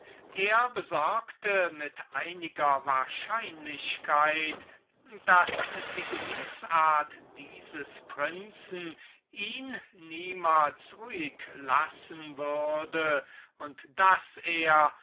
er besorgte mit einiger wahrscheinlichkeit daß die gemüts-art dieses prinzen ihn niemals ruhig lassen und daß er